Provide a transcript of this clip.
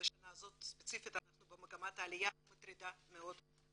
בשנה הזאת ספציפית אנחנו במגמת עלייה מטרידה מאוד.